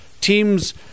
teams